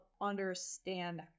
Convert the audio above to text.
understand